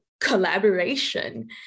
collaboration